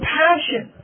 passion